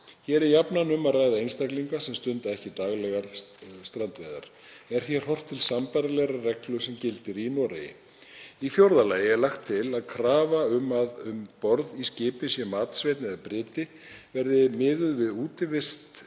Hér er jafnan um að ræða einstaklinga sem stunda ekki daglegar strandveiðar. Er hér horft til sambærilegrar reglu sem gildir í Noregi. Í fjórða lagi er lagt til að krafa um að um borð í skipi sé matsveinn eða bryti verði miðuð við útivist skips